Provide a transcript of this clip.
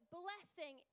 blessing